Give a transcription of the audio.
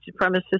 supremacists